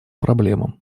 проблемам